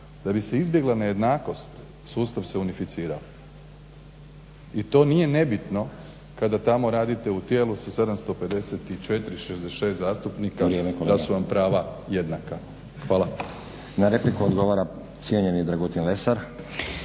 da bi se izbjegla nejednakost sustav se unificira i to nije nebitno kada tamo radite u tijelu sa 754, 76 zastupnika da su vam prava jednaka. Hvala. **Stazić, Nenad (SDP)** Na repliku odgovora cijenjeni Dragutin Lesar.